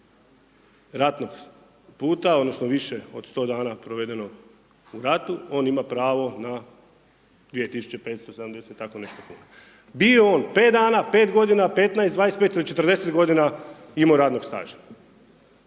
ratnog puta odnosno više od 100 dan provedenog u ratu, on ima pravo na 2570, tako nešto, bio on 5 dan, 5 g., 15, 25 ili 40 g. imao radnog staža